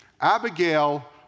Abigail